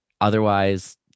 otherwise